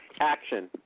Action